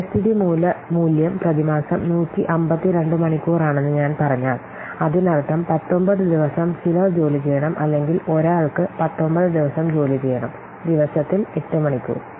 സ്ഥിരസ്ഥിതി മൂല്യം പ്രതിമാസം 152 മണിക്കൂറാണെന്ന് ഞാൻ പറഞ്ഞാൽ അതിനർത്ഥം 19 ദിവസം ചിലർ ജോലിചെയ്യണം അല്ലെങ്കിൽ ഒരാൾക്ക് 19 ദിവസം ജോലിചെയ്യണം ദിവസത്തിൽ 8 മണിക്കൂർ